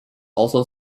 also